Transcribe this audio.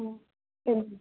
ம் சரிங்க